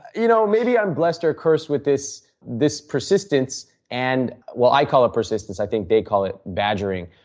you know maybe i am blessed or cursed with this this persistence and well, i call it persistence. i think they call it badgering.